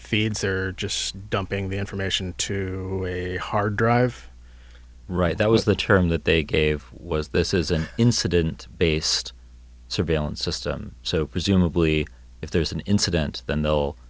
feeds or just dumping the information to a hard drive right that was the term that they gave was this is an incident based surveillance system so presumably if there's an incident then they'll